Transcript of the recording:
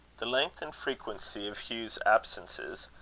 the length and frequency of hugh's absences,